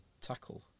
tackle